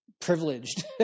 privileged